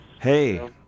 Hey